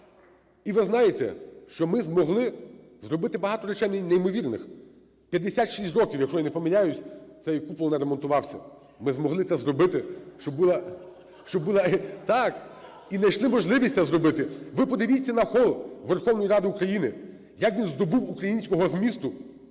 І ви знаєте, що ми змогли зробити багато речей неймовірних. 56 років, якщо я не помиляюся, цей купол не ремонтувався. Ми змогли це зробити, щоб була… Так, і найшли можливість це зробити. Ви подивіться на хол Верховної Ради України, як він здобув українського змісту.